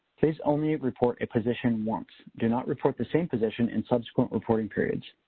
please only report a position once. do not report the same position in subsequent reporting periods.